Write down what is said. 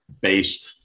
base